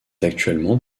actuellement